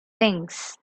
things